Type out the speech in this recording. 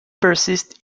persist